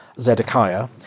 Zedekiah